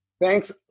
thanks